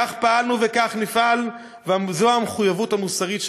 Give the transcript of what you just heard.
כך פעלנו וכך נפעל, וזו המחויבות המוסרית שלנו.